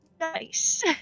nice